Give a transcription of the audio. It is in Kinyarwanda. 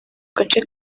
gace